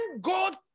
God